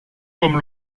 comme